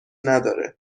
نداره